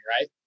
Right